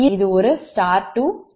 இது ஒரு star star ஆகும்